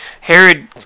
Herod